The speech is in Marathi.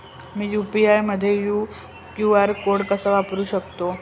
मी यू.पी.आय मध्ये क्यू.आर कोड कसा वापरु शकते?